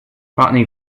putney